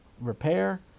repair